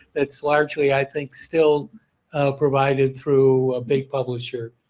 that's largely i think still provided through a big publisher.